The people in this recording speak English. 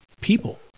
people